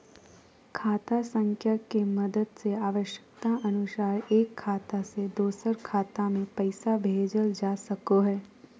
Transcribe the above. खाता संख्या के मदद से आवश्यकता अनुसार एक खाता से दोसर खाता मे पैसा भेजल जा सको हय